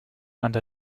and